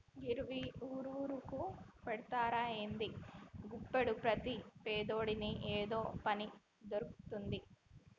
గివ్వి ఊరూరుకు పెడ్తరా ఏంది? గప్పుడు ప్రతి పేదోని ఏదో పని దొర్కుతది